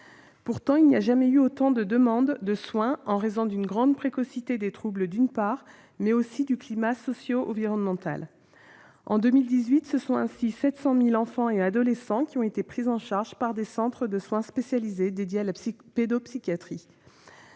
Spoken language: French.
Pourtant, il n'y a jamais eu autant de demandes de soins en raison d'une grande précocité des troubles, mais aussi du climat socio-environnemental. En 2018, ce sont 700 000 enfants et adolescents qui ont été pris en charge par les centres de soins spécialisés dédiés à la pédopsychiatrie.